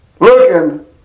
looking